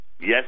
Yes